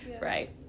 right